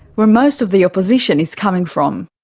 where most of the opposition is coming from.